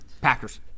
Packers